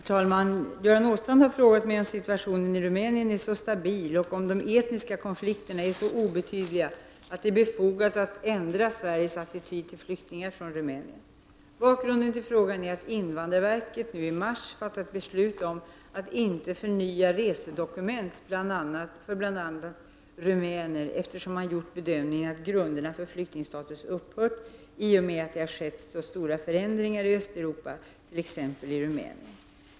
Herr talman! Göran Åstrand har frågat mig om situationen i Rumänien är så stabil och om de etniska konflikterna är så obetydliga att det är befogat att ändra Sveriges attityd till flyktingar från Rumänien. Bakgrunden till frågan är att invandrarverket i mars fattat beslut om att inte förnya resedokument för bl.a. rumäner eftersom man gjort bedömningen att grunderna för flyktingstatus upphört i och med att det har skett så stora förändringar i Östeuropa, t.ex. i Rumänien.